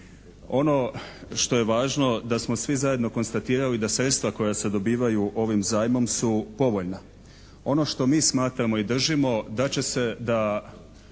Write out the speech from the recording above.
Ono što je važno da smo svi zajedno konstatirali da sredstva koja se dobivaju ovim zajmom su povoljna. Ono što mi smatramo i držimo da će se da